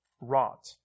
rot